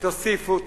תוסיפו,